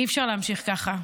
אי-אפשר להמשיך ככה.